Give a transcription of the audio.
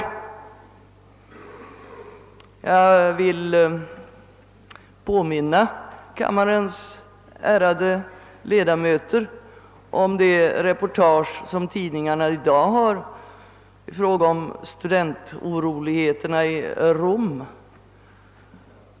Jag vill påminna kammarens ärade ledamöter om det reportage som tidningarna i dag har om studentoroligheterna i Rom.